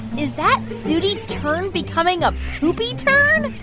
is that sooty tern becoming a poopy tern?